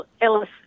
Ellis